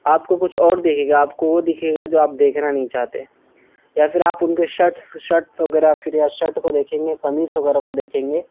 آپ کو کچھ اور دکھے گا آپ کو وہ دکھے گا جو آپ دیکھنا نہیں چاہتے یا پھر آپ ان کے شٹس شٹس وغیرہ پھر یا شٹ کو دیکھیں گے قمیص وغیرہ کو دیکھیں گے